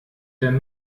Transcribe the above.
denn